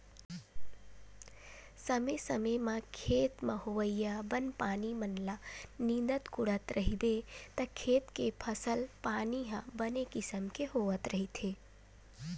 समे समे म खेत म होवइया बन पानी मन ल नींदत कोड़त रहिबे त खेत के फसल पानी ह बने किसम के होवत रहिथे